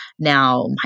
Now